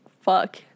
fuck